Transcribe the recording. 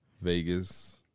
Vegas